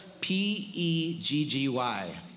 P-E-G-G-Y